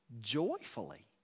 joyfully